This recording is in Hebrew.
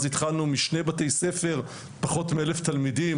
אז התחלנו משני בתי ספר, פחות מאלף תלמידים.